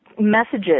messages